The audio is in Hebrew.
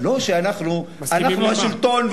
לא שאנחנו השלטון,